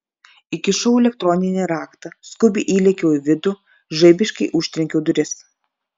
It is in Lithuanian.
įkišau elektroninį raktą skubiai įlėkiau į vidų žaibiškai užtrenkiau duris